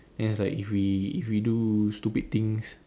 then it's like if we if we do stupid things